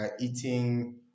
eating